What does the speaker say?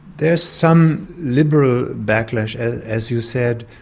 there's some liberal backlash as you said,